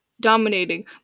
dominating